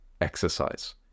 exercise